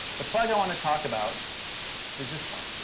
the plug i want to talk about is this one.